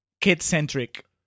kid-centric